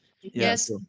Yes